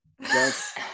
Yes